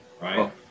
right